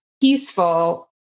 peaceful